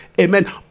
amen